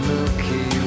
Milky